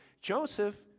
Joseph